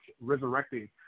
resurrecting